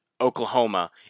Oklahoma